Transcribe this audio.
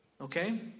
Okay